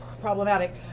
problematic